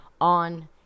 on